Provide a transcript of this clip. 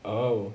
oh